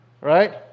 Right